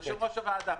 יושב-ראש הוועדה,